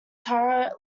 tara